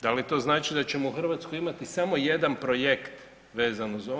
Da li to znači da ćemo u Hrvatskoj imati samo jedan projekt vezan uz ovo?